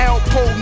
Alpo